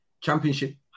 championship